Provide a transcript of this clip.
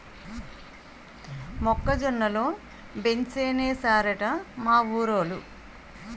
మొక్క జొన్న లో బెంసేనేశారట మా ఊరోలు